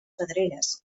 pedreres